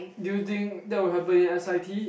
do you think that will happen in s_i_t